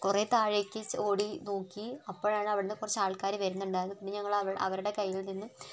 കുറേ താഴേക്ക് ഓടി നോക്കി അപ്പോഴാണ് അവിടുന്ന് കുറച്ച് ആൾക്കാർ വരുന്നുണ്ടായിരുന്നു പിന്നെ നമ്മൾ അവരുടെ കൈയിൽ നിന്നും